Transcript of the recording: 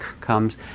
comes